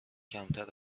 کمتر